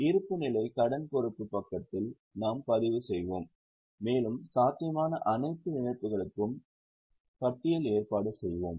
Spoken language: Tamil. இருப்புநிலை கடன் பொறுப்பு பக்கத்தில் நாம் பதிவு செய்வோம் மேலும் சாத்தியமான அனைத்து இழப்புகளுக்கும் பட்டியல் ஏற்பாடு செய்வோம்